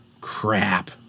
Crap